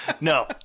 No